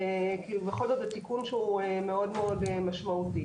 כי בכל זאת זה תיקון שהוא מאוד-מאוד משמעותי.